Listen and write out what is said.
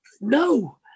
No